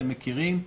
אתם מכירים.